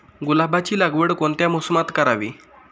गुलाबाची लागवड कोणत्या मोसमात करावी?